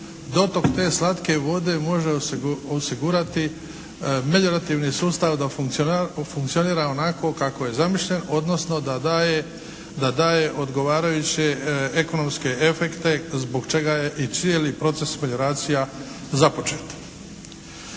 dotok te slatke vode može osigurati …/Govornik se ne razumije./… sustav da funkcionira onako kako je zamišljen, odnosno da daje odgovarajuće ekonomske efekte zbog čega je i cijeli proces …/Govornik se